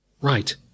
Right